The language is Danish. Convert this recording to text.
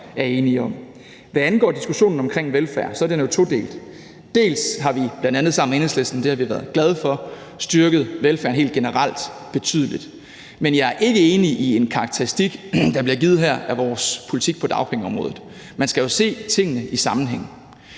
er enige om. Hvad angår diskussionen omkring velfærd, er den jo todelt. Dels har vi bl.a. sammen med Enhedslisten – det har vi været glade for – styrket velfærden helt generelt betydeligt, men jeg er ikke enig i den karakteristik, der bliver givet her, af vores politik på dagpengeområdet. Man skal jo se tingene i sammenhæng.